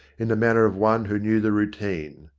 in the manner of one who knew the routine.